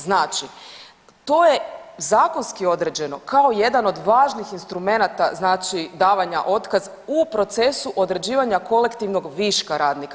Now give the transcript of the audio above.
Znači to je zakonski određeno kao jedan od važnih instrumenata znači davanja otkaza u procesu određivanja kolektivnog viška radnika.